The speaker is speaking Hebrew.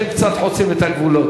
אתה הממשלה.